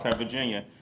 virginia.